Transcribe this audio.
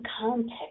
context